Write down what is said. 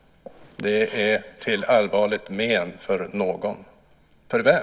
Det är till allvarligt men för någon. För vem?